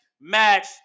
match